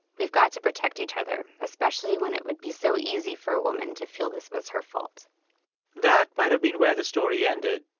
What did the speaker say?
we've got to protect each other, especially when it would be so easy for a woman to feel this was her fault that might have been where the story ended.